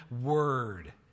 word